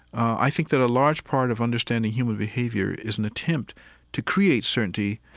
i think that a large part of understanding human behavior is an attempt to create certainty,